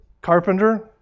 carpenter